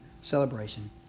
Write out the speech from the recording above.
celebration